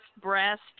breast